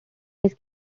his